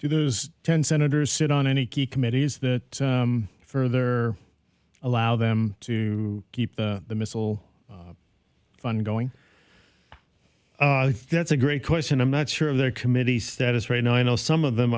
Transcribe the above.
those ten senators sit on any key committees that further allow them to keep the missile fun going that's a great question i'm not sure of their committee status right now i know some of them